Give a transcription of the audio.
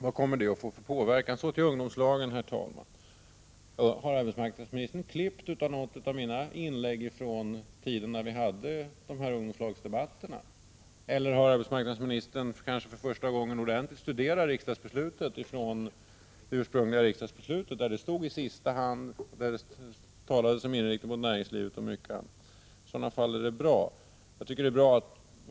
Vad kommer det att betyda? Så till ungdomslagen, herr talman! Har arbetsmarknadsministern klippt i mina inlägg här i kammaren från den tid då vi debatterade ungdomslagen? Eller har arbetsmarknadsministern kanske för första gången ordentligt studerat det ursprungliga riksdagsbeslutet, där det talades om inriktning mot näringslivet och mycket annat? I vilket fall som helst är det bra.